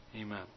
Amen